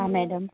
आं मॅडम